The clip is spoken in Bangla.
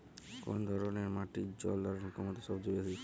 কোন ধরণের মাটির জল ধারণ ক্ষমতা সবচেয়ে বেশি?